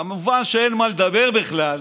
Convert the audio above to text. כמובן שאין מה לדבר בכלל